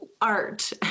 art